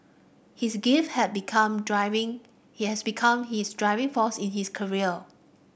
his grief had become driving he has become his driving force in his career